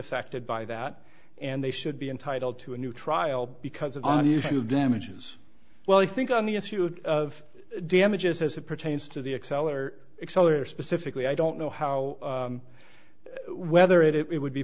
affected by that and they should be entitled to a new trial because of damages well i think on the issue of damages as it pertains to the excel or excel or specifically i don't know how whether it would be